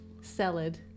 salad